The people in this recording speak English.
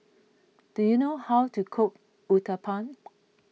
do you know how to cook Uthapam